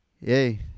Yay